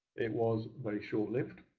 it was very short-lived.